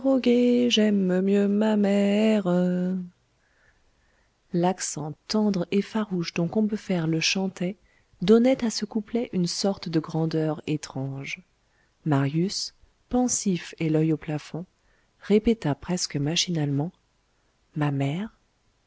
ma mère l'accent tendre et farouche dont combeferre le chantait donnait à ce couplet une sorte de grandeur étrange marius pensif et l'oeil au plafond répéta presque machinalement ma mère